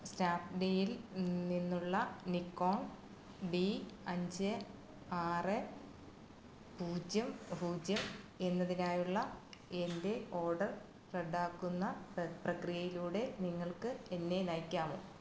സ്നാപ്ഡീലിൽ നിന്നുള്ള Nikon D അഞ്ച് ആറ് പൂജ്യം പൂജ്യം എന്നതിനായുള്ള എൻ്റെ ഓർഡർ റദ്ദാക്കുന്ന പ്ര പ്രക്രിയയിലൂടെ നിങ്ങൾക്ക് എന്നെ നയിക്കാമോ